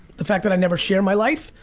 the fact that i never share my life,